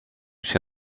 się